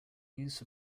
use